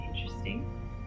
interesting